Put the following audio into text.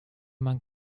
man